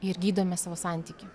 ir gydome savo santykį